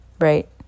right